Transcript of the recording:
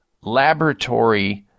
laboratory